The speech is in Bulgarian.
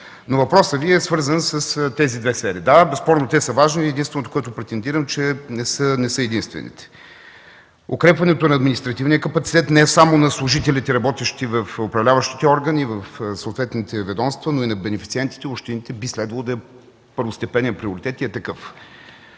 но въпросът Ви е свързан с тези две сфери. Да, безспорно те са важни. Това, което претендирам, е, че не са единствените. Укрепването на административния капацитет не е само на служителите, работещи в управляващите органи в съответните ведомства, но и на бенефициентите в общините би следвало да е първостепенен приоритет и е такъв.